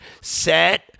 set